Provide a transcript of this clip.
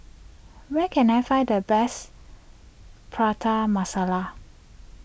where can I find the best Prata Masala